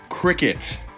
Cricket